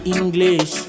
English